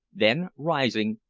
then rising,